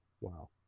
Wow